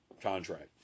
contract